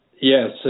Yes